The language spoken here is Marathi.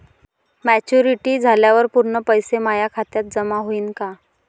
मॅच्युरिटी झाल्यावर पुरे पैसे माया खात्यावर जमा होईन का?